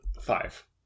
Five